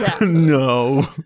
no